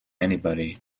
anybody